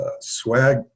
swag